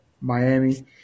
Miami